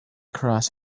cross